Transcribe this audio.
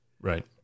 Right